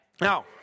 Now